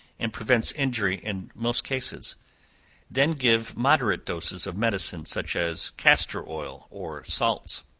and prevents injury in most cases then give moderate doses of medicine, such as castor oil or salts.